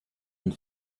and